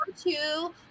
two